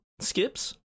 skips